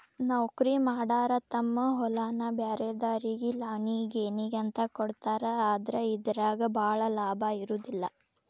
ನೌಕರಿಮಾಡಾರ ತಮ್ಮ ಹೊಲಾನ ಬ್ರ್ಯಾರೆದಾರಿಗೆ ಲಾವಣಿ ಗೇಣಿಗೆ ಅಂತ ಕೊಡ್ತಾರ ಆದ್ರ ಇದರಾಗ ಭಾಳ ಲಾಭಾ ಇರುದಿಲ್ಲಾ